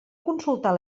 consultar